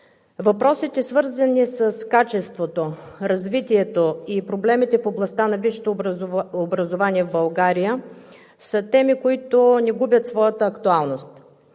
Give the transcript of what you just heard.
Въпросите, свързани с качеството, развитието и проблемите в областта на висшето образование в България са теми, които не губят своята актуалност.